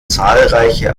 zahlreiche